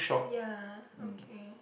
ya okay